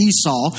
Esau